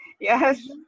yes